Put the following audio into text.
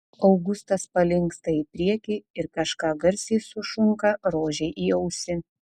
augustas palinksta į priekį ir kažką garsiai sušunka rožei į ausį